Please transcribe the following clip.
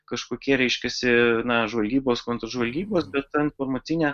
kažkokie reiškiasi na žvalgybos kontržvalgybos bet ta informacinė